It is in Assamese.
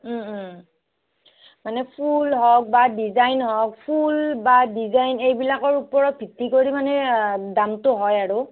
ও ও মানে ফুল হওক বা ডিজাইন হওক ফুল বা ডিজাইন এইবিলাকৰ ওপৰত ভিত্তি কৰি মানে দামটো হয় আৰু